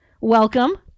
welcome